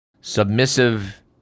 submissive